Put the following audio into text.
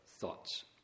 thoughts